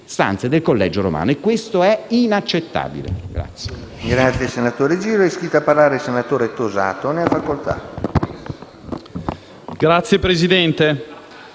stanze del Collegio Romano. Questo è inaccettabile.